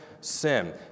sin